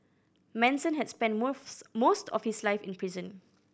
Manson had spent most of his life in prison